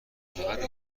فقط